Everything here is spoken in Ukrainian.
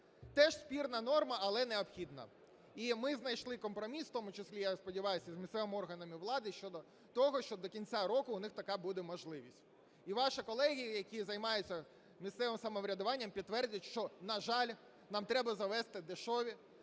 Теж спірна норма, але необхідна. І ми знайшли компроміс, в тому числі, я сподіваюсь, і з місцевими органами влади, щодо того, що до кінця року в них така буде можливість. І ваші колеги, які займаються місцевим самоврядуванням, підтвердять, що, на жаль, нам треба завести дешевий